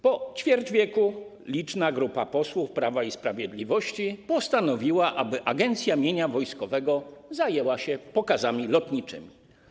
Po ćwierćwieczu liczna grupa posłów Prawa i Sprawiedliwości postanowiła, aby Agencja Mienia Wojskowego zajęła się pokazami lotniczymi.